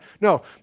No